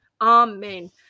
Amen